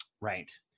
Right